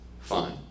Fine